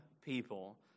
people